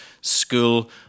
school